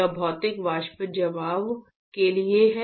यह भौतिक वाष्प जमाव के लिए है